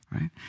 right